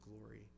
glory